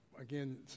Again